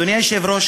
אדוני היושב-ראש,